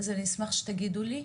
אז אני אשמח שתגידו לי.